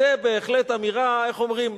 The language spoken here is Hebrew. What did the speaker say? זו בהחלט אמירה, איך אומרים?